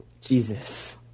Jesus